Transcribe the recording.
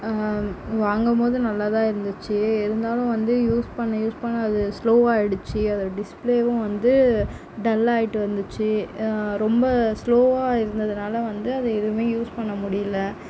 வாங்கும்போது நல்லா தான் இருந்துச்சு இருந்தாலும் வந்து யூஸ் பண்ண யூஸ் பண்ண அது ஸ்லோவாகிடுச்சு அது டிஸ்பிளேயும் வந்து டல் ஆகிட்டு வந்துச்சு ரொம்ப ஸ்லோவாக இருந்ததினால வந்து அதை எதுவும் யூஸ் பண்ண முடியல